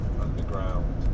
underground